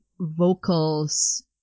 vocals